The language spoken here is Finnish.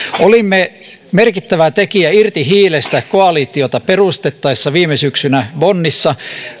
olimme merkittävä tekijä irti hiilestä koalitiota perustettaessa viime syksynä bonnissa